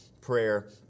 prayer